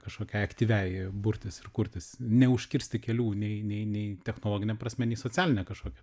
kažkokiai aktyviai burtis ir kurtis neužkirsti kelių nei nei nei technologine prasme nei socialine kažkokia